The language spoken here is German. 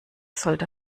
sollte